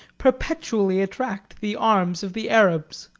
perpetually attract the arms of the arabs.